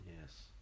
Yes